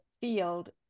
field